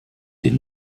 den